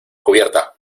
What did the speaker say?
cubierta